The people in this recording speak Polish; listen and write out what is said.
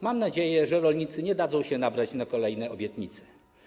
Mam nadzieję, że rolnicy nie dadzą się nabrać na kolejne obietnice.